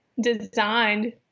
designed